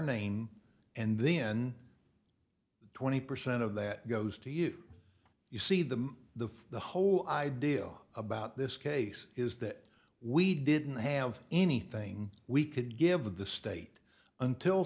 name and then twenty percent of that goes to you you see the the the whole idea about this case is that we didn't have anything we could give of the state until